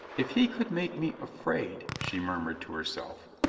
if he could make me afraid, she mur mured to herself.